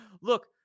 Look